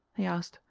he asked,